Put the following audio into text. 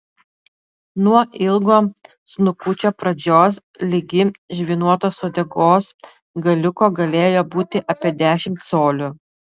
nuo ilgo snukučio pradžios ligi žvynuotos uodegos galiuko galėjo būti apie dešimt colių